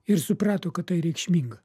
ir suprato kad tai reikšminga